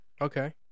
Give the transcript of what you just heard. Okay